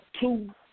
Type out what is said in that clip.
Two